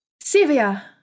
Sylvia